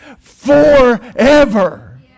forever